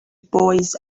boys